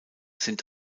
sind